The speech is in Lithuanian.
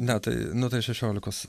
ne tai nu šešiolikos